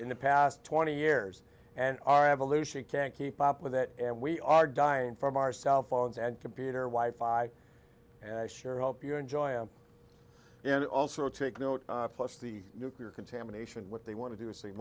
in the past twenty years and our evolution can't keep up with that and we are dying from our cell phones and computer wife and i sure hope you enjoy and also take note plus the nuclear contamination what they want to do